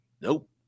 Nope